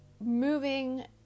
moving